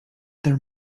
there